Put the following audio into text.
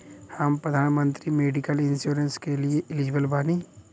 हम प्रधानमंत्री medical insurance के लिए एलिजिबल बानी?